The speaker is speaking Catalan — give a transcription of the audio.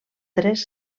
tres